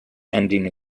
ending